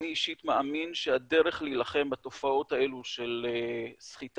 אני אישית מאמין שהדרך להילחם בתופעות האלה של סחיטה,